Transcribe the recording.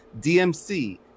dmc